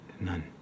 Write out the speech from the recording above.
None